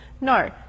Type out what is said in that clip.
No